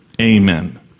Amen